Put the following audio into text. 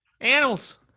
Animals